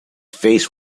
face